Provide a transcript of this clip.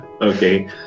Okay